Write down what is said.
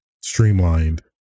streamlined